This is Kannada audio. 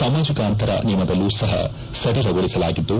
ಸಾಮಾಜಿಕ ಅಂತರ ನಿಯಮದಲ್ಲೂ ಸಹ ಸಡಿಲಗೊಳಿಸಲಾಗಿದ್ದು